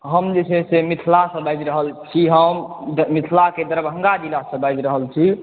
हम जे छै मिथिलासॅं बाजि रहल छी हम मिथिला के दरभंगा जिलासॅं बाजि रहल छी